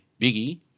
Biggie